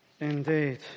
indeed